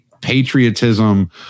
patriotism